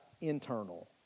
internal